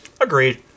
Agreed